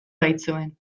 baitzuen